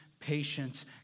patience